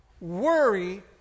Worry